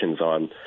on